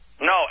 No